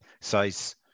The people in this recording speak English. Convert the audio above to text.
size